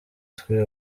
twe